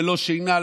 ללא שינה,